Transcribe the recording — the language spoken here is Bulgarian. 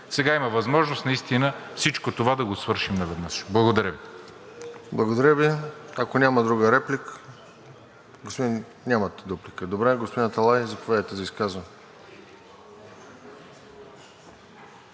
Сега има възможност наистина всичко това да го свършим наведнъж. Благодаря Ви.